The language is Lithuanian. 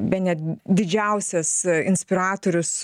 bene didžiausias inspiratorius